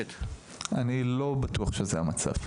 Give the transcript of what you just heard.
יש לי שאלה נוספת,